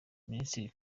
ministri